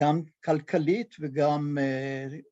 ‫גם כלכלית וגם אה...